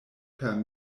per